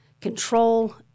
control